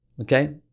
okay